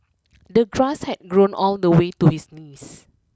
the grass had grown all the way to his knees